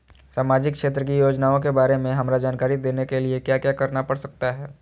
सामाजिक क्षेत्र की योजनाओं के बारे में हमरा जानकारी देने के लिए क्या क्या करना पड़ सकता है?